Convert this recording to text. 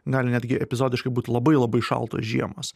gali netgi epizodiškai būt labai labai šaltos žiemos